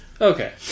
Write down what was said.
Okay